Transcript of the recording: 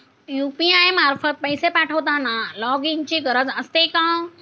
UPI मार्फत पैसे पाठवताना लॉगइनची गरज असते का?